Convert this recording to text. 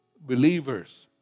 Believers